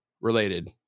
related